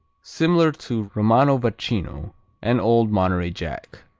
similar to romano vacchino and old monterey jack.